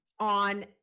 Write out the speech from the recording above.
on